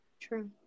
True